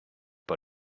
pas